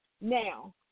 now